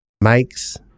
makes